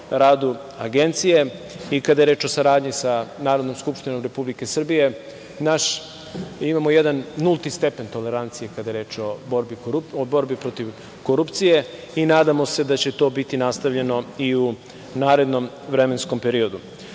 radu Agencije i kada je reč o saradnji sa Narodnom skupštinom Republike Srbije, imamo jedan nulti stepen tolerancije kada je reč o borbi protiv korupcije i nadamo se da će to biti nastavljeno i u narednom vremenskom periodu. Da